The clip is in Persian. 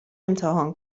امتحان